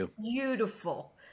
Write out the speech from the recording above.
beautiful